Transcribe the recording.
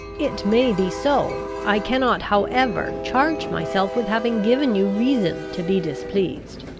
it may be so. i cannot, however, charge myself with having given you reason to be displeased.